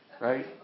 Right